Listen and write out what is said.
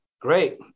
Great